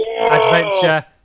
adventure